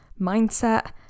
mindset